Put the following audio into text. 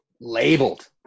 labeled